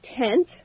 tenth